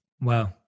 Wow